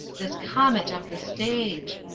this comet of the stage!